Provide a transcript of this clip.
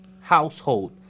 household